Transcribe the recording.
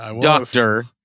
doctor